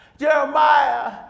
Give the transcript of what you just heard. Jeremiah